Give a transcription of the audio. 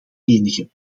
enige